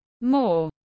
more